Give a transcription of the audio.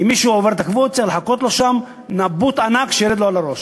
אם מישהו עובר על החוק צריך לחכות לו שם עם נבוט ענק שירד לו על הראש.